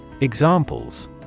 Examples